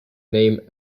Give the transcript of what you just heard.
name